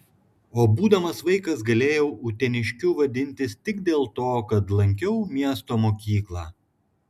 o būdamas vaikas galėjau uteniškiu vadintis tik dėl to kad lankiau miesto mokyklą